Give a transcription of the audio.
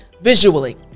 visually